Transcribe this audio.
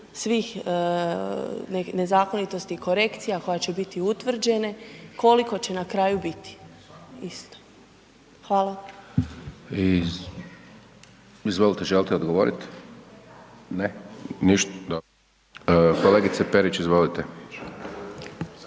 svih nezakonitosti i korekcija koje će biti utvrđene, koliko će na kraju biti isto? **Hajdaš Dončić, Siniša (SDP)** Izvolite, želite odgovorit? Ne. Kolegice Perić, izvolite.